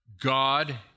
God